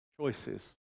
choices